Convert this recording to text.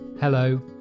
Hello